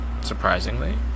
surprisingly